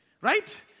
right